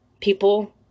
People